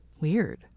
Weird